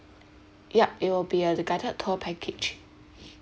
yup it will be uh the guided tour package